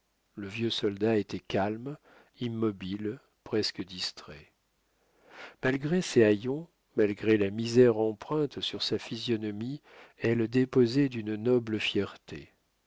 le vieux soldat était calme immobile presque distrait malgré ses haillons malgré la misère empreinte sur sa physionomie elle déposait d'une noble fierté